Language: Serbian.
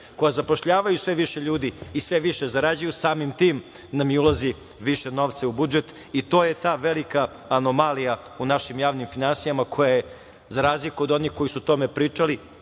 koja zapošljavaju sve više ljudi i sve više zarađuju, samim tim nam ulazi i više novca u budžet i to je ta velika anomalija u našim javnim finansijama koja je za razliku od onih koji su o tome pričali,